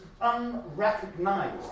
unrecognized